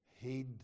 heed